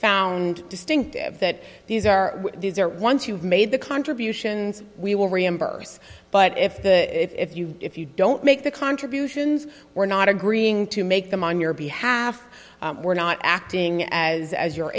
found distinctive that these are these are once you've made the contributions we will reimburse but if the if you if you don't make the contributions we're not agreeing to make them on your behalf we're not acting as as your